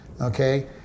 Okay